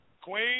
Queen